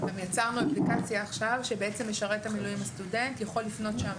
יצרנו אפליקציה עכשיו שבעצם משרת המילואים הסטודנט יכול לפנות שם